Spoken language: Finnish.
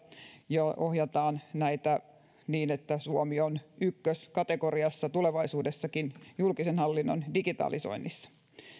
ja ohjataan näitä niin että suomi on ykköskategoriassa tulevaisuudessakin julkisen hallinnon digitalisoinnissa